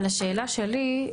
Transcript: אבל השאלה שלי,